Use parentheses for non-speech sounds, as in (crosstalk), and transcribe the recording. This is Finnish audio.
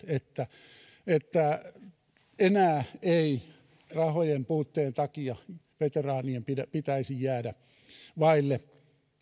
(unintelligible) että että enää ei rahojen puutteen takia veteraanien pitäisi jäädä vaille